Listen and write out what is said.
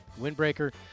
windbreaker